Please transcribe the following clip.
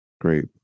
great